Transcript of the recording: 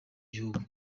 gihugu